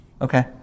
Okay